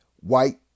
white